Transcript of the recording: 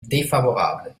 défavorable